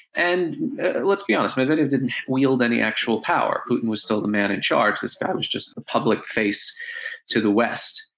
and let's be honest, medvedev didn't wield any actual power, putin was still the man in charge, this was just the public face to the west.